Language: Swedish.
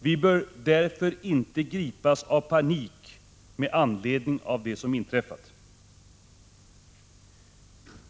Vi bör därför inte gripas av panik med anledning av det som inträffat.